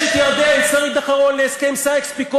אני חושב שזה יום חשוב בכנסת ישראל,